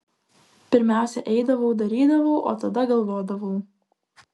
pirmiausia eidavau darydavau o tada galvodavau